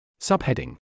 Subheading